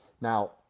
now